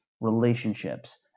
relationships